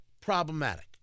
problematic